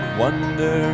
wonder